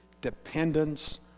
dependence